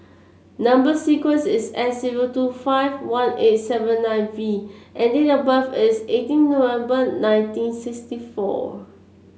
number sequence is S zero two five one eight seven nine V and date of birth is eighteen November nineteen sixty four